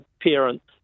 parents